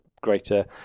greater